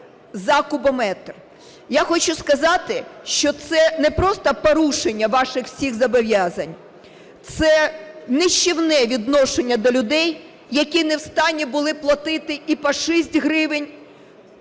за кубометр? Я хочу сказати, що це не просто порушення ваших всіх зобов'язань, це нищівне відношення до людей, які не в стані були платити і по 6 гривень,